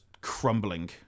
crumbling